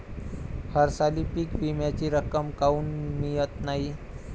हरसाली पीक विम्याची रक्कम काऊन मियत नाई?